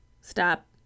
stop